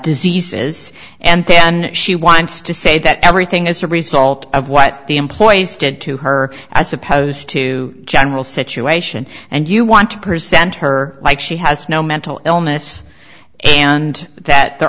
diseases and then she wants to say that everything is a result of what the employees did to her as opposed to general situation and you want to present her like she has no mental illness and that there